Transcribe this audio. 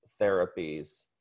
therapies